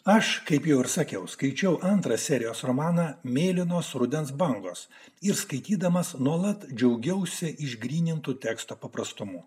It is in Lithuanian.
aš kaip jau ir sakiau skaičiau antrą serijos romaną mėlynos rudens bangos ir skaitydamas nuolat džiaugiausi išgrynintų teksto paprastumo